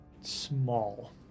small